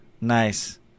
Nice